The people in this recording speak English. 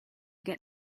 get